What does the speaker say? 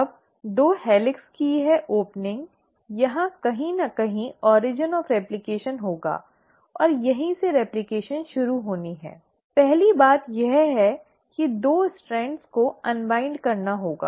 अब 2 हेलिक्स की यह ओपनिंग यहां कहीं न कहीं origin of replication होगा और यहीं से रेप्लकेशन शुरू होनी है पहली बात यह है कि 2 स्ट्रैंड को अन्वाइन्डिं करना होगा